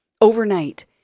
overnight